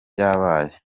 byabaye